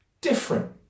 different